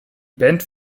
band